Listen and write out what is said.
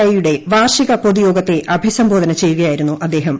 ഐയുടെ വാർഷിക പൊതുയോഗത്തെ അഭിസംബോധന ചെയ്യുകയായിരുന്നു അദ്ദേഹം